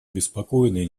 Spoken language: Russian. обеспокоены